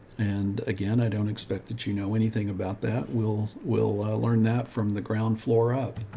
and again, i don't expect that, you know anything about that. we'll, we'll learn that from the ground floor up,